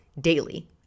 daily